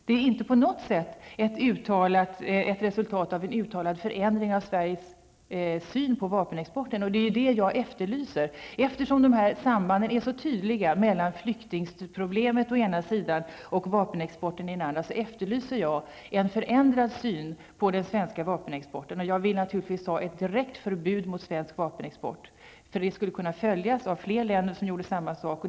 Det är inte på något sätt ett resultat av en uttalad förändring av Sveriges syn på vapenexporten. Det är detta jag efterlyser. Eftersom sambanden mellan flyktingproblemet å ena sidan och vapenexporten å den andra är så tydliga, efterlyser jag en förändrad syn på den svenska vapenexporten. Jag vill naturligtvis ha ett direkt förbud mot svensk vapenexport. Det skulle kunna följas av att fler länder gjorde samma sak.